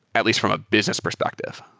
at least from a business perspective.